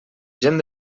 gent